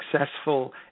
successful